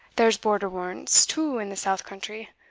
there's border-warrants too in the south country,